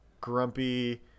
grumpy